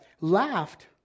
laughed